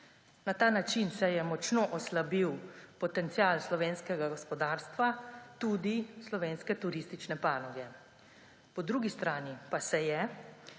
Na ta način se je močno oslabil potencial slovenskega gospodarstva, tudi slovenske turistične panoge. Po drugi strani pa se je